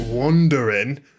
Wondering